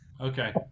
Okay